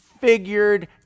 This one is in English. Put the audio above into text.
figured